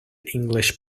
english